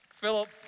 Philip